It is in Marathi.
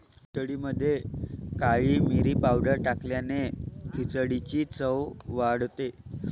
खिचडीमध्ये काळी मिरी पावडर टाकल्याने खिचडीची चव वाढते